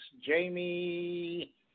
Jamie